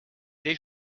des